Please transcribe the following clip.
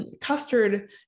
Custard